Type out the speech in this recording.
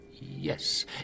Yes